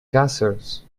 castles